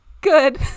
good